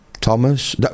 Thomas